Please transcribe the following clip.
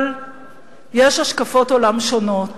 אבל יש השקפות עולם שונות